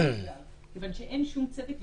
כיוון שאין שום צדק,